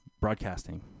broadcasting